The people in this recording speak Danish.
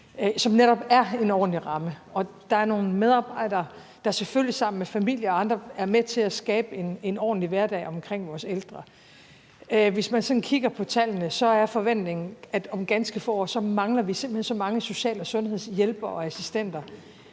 som netop er en ordentlig ramme, og at der er nogle medarbejdere, der, selvfølgelig sammen med familie og andre, er med til at skabe en ordentlig hverdag omkring en. Hvis man sådan kigger på tallene, er forventningen, at vi om ganske få år simpelt hen mangler så mange social- og sundhedshjælpere og -assistenter,